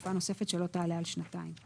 לתקופה נוספת שלא תעלה על שנתיים.